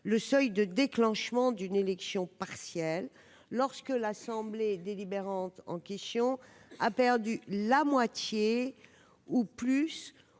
le seuil de déclenchement d'une élection partielle lorsque l'assemblée délibérante en question a perdu la moitié ou plus,